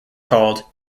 called